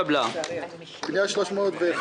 הצבעה בעד, נגד,